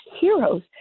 heroes